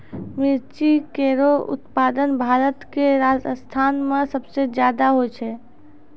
मिर्ची केरो उत्पादन भारत क राजस्थान म सबसे जादा होय छै